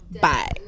bye